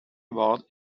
about